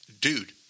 Dude